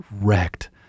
wrecked